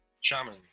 Shaman